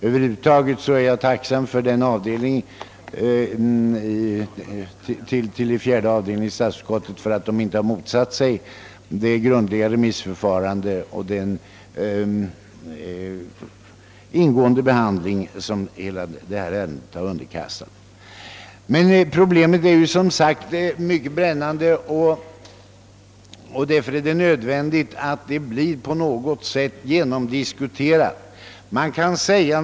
Över huvud taget är jag tacksam för att fjärde avdelningen i statsutskottet inte har motsatt sig det omfattande remissförfarande och den ingående behandling som detta ärende har underkastats. Problemet är dock, som sagt, mycket brännande, och därför är det nödvändigt att det på något sätt blir genomdiskuterat.